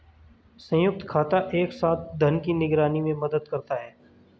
संयुक्त खाता एक साथ धन की निगरानी में मदद करता है